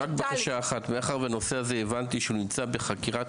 מאחר והבנתי שהנושא הזה נמצא בחקירת